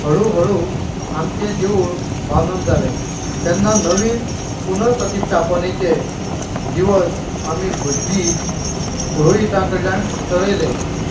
हळुहळू आमचें देवूळ बांदून जालें तेन्ना नवीन पुर्नप्रतिस्थापनेचे दिवस आमी भटजी पुरोहिता कडल्यान थारायले